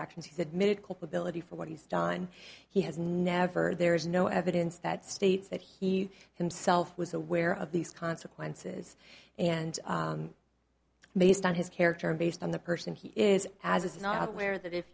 actions he's admitted culpability for what he's done he has never there is no evidence that states that he himself was aware of these consequences and based on his character based on the person he is as is not aware that if